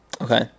Okay